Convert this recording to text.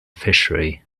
fishery